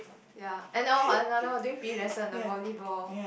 ya and I know another one during P_E lesson the volleyball